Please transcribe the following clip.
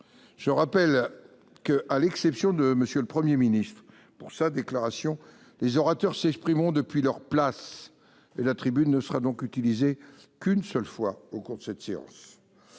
Je rappelle également que, à l'exception de M. le Premier ministre pour sa déclaration, les orateurs s'exprimeront depuis leur place et que la tribune ne sera donc utilisée qu'une seule fois au cours de cette séance.